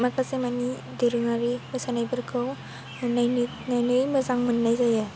माखासे मानि दोरोङारि मोसानायफोरखौ नुनायनि नुनानै मोजां मोन्नाय जायो